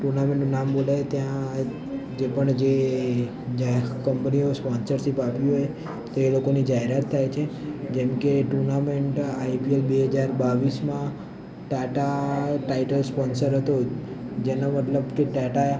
ટુર્નામેંટનું નામ બોલાય ત્યાં જે પણ જે જાહે કંપનીઓ સ્પોન્સરશીપ આપી હોય તે લોકોની જાહેરાત થાય છે જેમકે ટુર્નામેંટ આઈપીએલ બે હજાર બાવીસમાં ટાટા ટાઇટલ સ્પોન્સર હતો જેનો મતલબ કે ટાટા